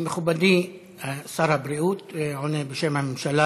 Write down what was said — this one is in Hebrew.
מכובדי שר הבריאות עונה בשם הממשלה